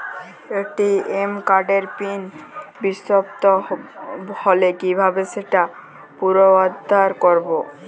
ATM কার্ডের pin বিস্মৃত হলে কীভাবে সেটা পুনরূদ্ধার করব?